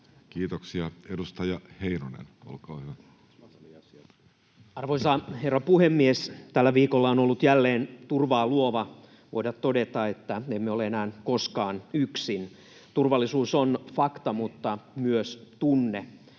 Time: 11:03 Content: Arvoisa herra puhemies! Tällä viikolla on ollut jälleen turvaa luovaa voida todeta, että emme ole enää koskaan yksin. Turvallisuus on fakta mutta myös tunne.